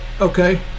Okay